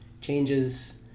changes